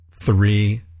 three